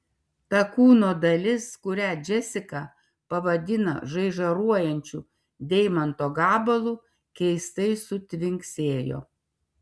ta kūno dalis kurią džesika pavadino žaižaruojančiu deimanto gabalu keistai sutvinksėjo